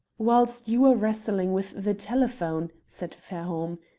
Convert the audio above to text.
whilst you were wrestling with the telephone, said fairholme,